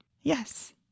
Yes